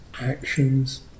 actions